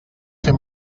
fer